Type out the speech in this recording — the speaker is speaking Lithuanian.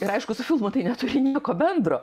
ir aišku su filmu tai neturi nieko bendro